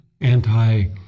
anti